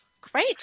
Great